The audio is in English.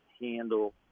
handle